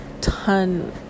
ton